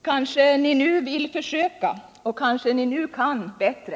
Kanske ni nu vill försöka, och kanske ni nu kan bättre.